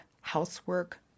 housework